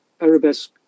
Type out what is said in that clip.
arabesque